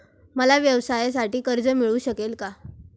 मला व्यवसायासाठी कर्ज मिळू शकेल का?